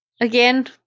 Again